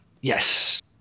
Yes